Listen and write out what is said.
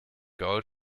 gaul